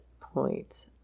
point